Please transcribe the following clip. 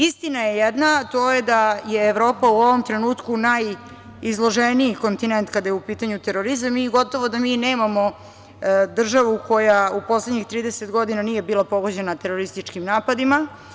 Istina je jedana, a to je da je Evropa u ovom trenutku najizloženiji kontinent kada je u pitanju terorizam i gotovo da mi i nemamo državu koja u poslednjih 30 godina nije bila pogođena terorističkim napadima.